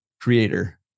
creator